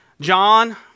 John